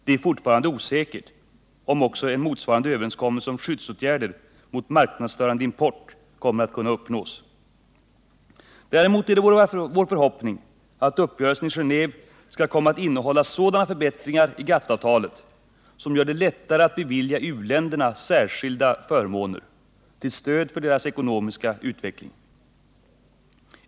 Det är fortfarande osäkert om också en motsvarande överenskommelse om skyddsåtgärder mot marknadsstörande import kommer att kunna uppnås. Däremot är det vår förhoppning att uppgörelsen i Genéve skall komma att innehålla sådana förbättringar i GATT-avtalet som gör det lättare att bevilja u-länderna särskilda förmåner till stöd för deras ekonomiska utveckling.